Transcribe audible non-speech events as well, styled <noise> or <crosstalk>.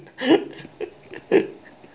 <laughs>